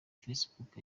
facebook